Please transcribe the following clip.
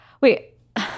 Wait